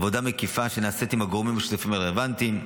עבודה מקיפה שנעשית עם הגורמים השותפים הרלוונטיים,